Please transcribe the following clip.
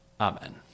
Amen